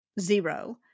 Zero